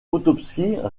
autopsie